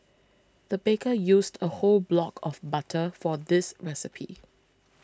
the baker used a whole block of butter for this recipe